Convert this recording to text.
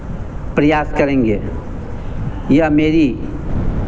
प्रयास करेंगे यह मेरी